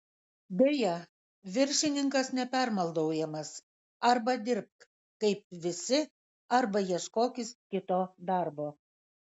deja viršininkas nepermaldaujamas arba dirbk kaip visi arba ieškokis kito darbo